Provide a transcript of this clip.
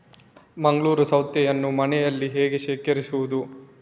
ಮಂಗಳೂರು ಸೌತೆಯನ್ನು ಮನೆಯಲ್ಲಿ ಹೇಗೆ ಶೇಖರಿಸುವುದು?